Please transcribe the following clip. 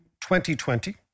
2020